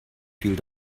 viel